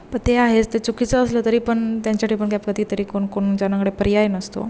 पण ते आहेच ते चुकीचं असलं तरी पण त्यांच्याकडे पण काय प्रति तरी कोण कोण ज्यानाकडे पर्याय नसतो